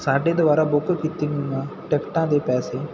ਸਾਡੇ ਦੁਆਰਾ ਬੁੱਕ ਕੀਤੀਆਂ ਹੋਈਆਂ ਟਿਕਟਾਂ ਦੇ ਪੈਸੇ